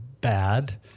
bad